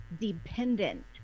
dependent